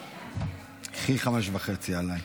קחי חמש וחצי, עליי.